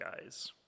guys